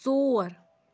ژور